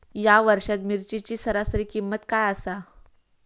या वर्षात मिरचीची सरासरी किंमत काय आसा?